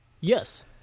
Yes